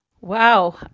Wow